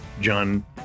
john